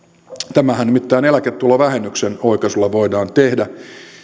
tämähän nimittäin eläketulovähennyksen oikaisulla voidaan tehdä